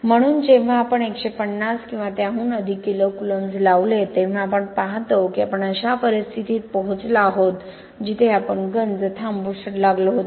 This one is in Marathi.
म्हणून जेव्हा आपण150 किंवा त्याहून अधिक किलो कुलोम्ब लावले तेव्हा आपण पाहतो की आपण अशा परिस्थितीत पोहोचलो आहोत जिथे आपण गंज थांबवू लागलो होतो